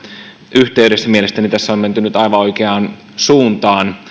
yhteydessä mielestäni tässä on menty aivan oikeaan suuntaan